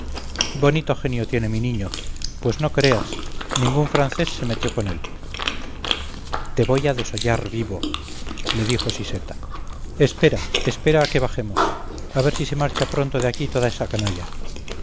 bonito genio tiene mi niño pues no creas ningún francés se metió con él te voy a desollar vivo le dijo siseta espera espera a que bajemos a ver si se marcha pronto de aquí toda esa canalla